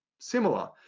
similar